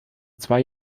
zwei